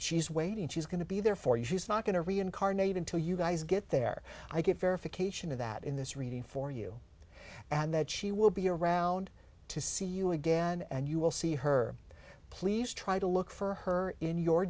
she's waiting she's going to be there for you she's not going to reincarnate into you guys get there i get verification of that in this reading for you and that she will be around to see you again and you will see her please try to look for her in your